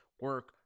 Work